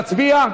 להצביע?